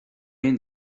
aon